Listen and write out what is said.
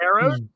arrows